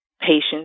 patient's